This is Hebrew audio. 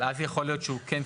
אבל אז יכול להיות שהוא כן.